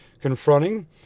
confronting